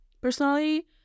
Personally